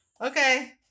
Okay